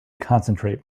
concentrate